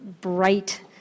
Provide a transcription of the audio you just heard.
bright